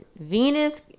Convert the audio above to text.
Venus